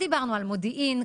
דיברנו על מודיעין.